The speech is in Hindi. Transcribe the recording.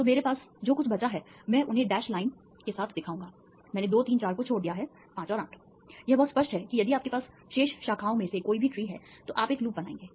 तो मेरे पास जो कुछ बचा है मैं उन्हें डैश लाइनों के साथ दिखाऊंगा मैंने 2 3 4 को छोड़ दिया है 5 और 8 यह बहुत स्पष्ट है कि यदि आपके पास शेष शाखाओं में से कोई भी ट्री है तो आप एक लूप बनाएंगे